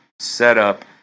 setup